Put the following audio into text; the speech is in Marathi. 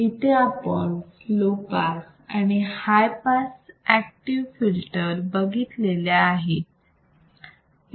तर आपण लो पास आणि हाय पास ऍक्टिव्ह फिल्टर बघितलेले आहेत